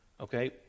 okay